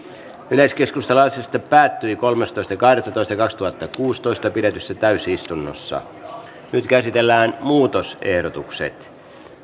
yleiskeskustelu asiasta päättyi kolmastoista kahdettatoista kaksituhattakuusitoista pidetyssä täysistunnossa nyt käsitellään muutosehdotukset